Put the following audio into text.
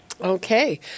Okay